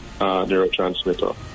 neurotransmitter